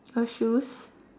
her shoes